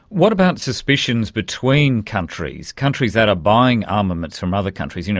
what about suspicions between countries, countries that are buying armaments from other countries, you know,